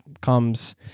comes